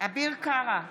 אביר קארה,